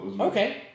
Okay